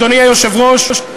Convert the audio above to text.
אדוני היושב-ראש,